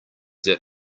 that